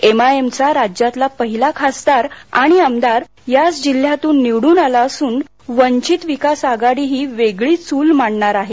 एमआयएमचा राज्यातला पहीला खासदार आणि आमदार याच जिल्ह्यातून निवडून आला असून वंचित विकास आघाडीही वेगळी चूल मांडणार आहे